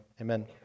amen